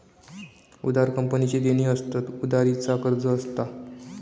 उधार कंपनीची देणी असतत, उधारी चा कर्ज असता